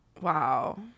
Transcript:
wow